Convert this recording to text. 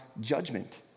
judgment